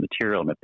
material